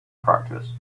practice